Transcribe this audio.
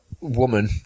woman